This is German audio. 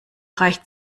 reicht